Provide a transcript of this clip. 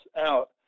out